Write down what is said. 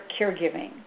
caregiving